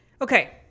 Okay